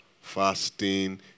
fasting